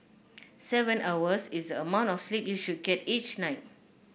seven hours is the amount of sleep you should get each night